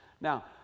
now